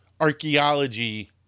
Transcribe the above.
archaeology